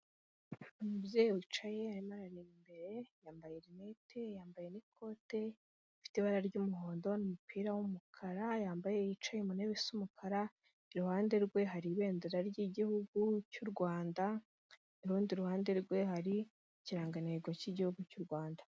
Umubyeyi wicaye arimo arareba imbere yambaye rinete, yambaye n'ikote rifite ibara ry'umuhondo n'umupira w'umukara, yicaye mu ntebe z'umukara, iruhande rwe hari ibendera ry'igihugu cy'u Rwanda, ku rundi ruhande rwe hari ikirangantego cy'igihugu cy'u Rwanda.